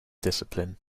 discipline